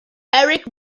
erich